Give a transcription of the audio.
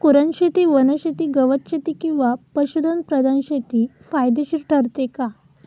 कुरणशेती, वनशेती, गवतशेती किंवा पशुधन प्रधान शेती फायदेशीर ठरते का?